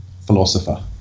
philosopher